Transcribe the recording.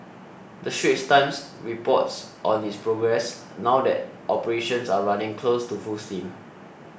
the Straits Times reports on its progress now that operations are running close to full steam